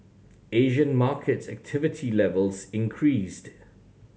Asian markets activity levels increased